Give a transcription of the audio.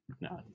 no